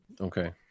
Okay